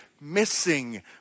missing